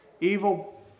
evil